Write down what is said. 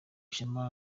ishema